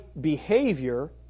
behavior